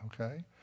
Okay